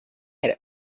had